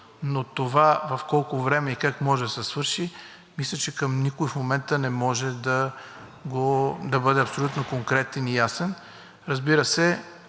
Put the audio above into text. Но това в колко време и как може да се свърши, мисля, че никой в момента не може да бъде абсолютно конкретен и ясен. Разбира се,